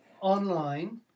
Online